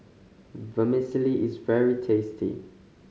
vermicelli is very tasty